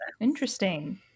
Interesting